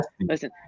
listen